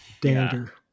dander